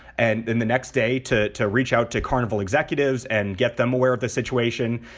and then the next day to to reach out to carnival executives and get them aware of the situation.